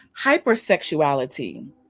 Hypersexuality